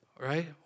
right